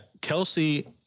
Kelsey